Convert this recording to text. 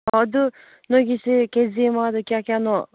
ꯑꯥ ꯑꯗꯨ ꯅꯣꯏꯒꯤꯁꯦ K G ꯑꯃꯗ ꯀꯌꯥ ꯀꯌꯥꯅꯣ